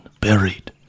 buried